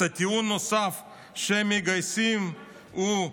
הטיעון הנוסף שהם מגייסים הוא: